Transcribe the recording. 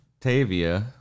Tavia